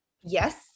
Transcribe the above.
Yes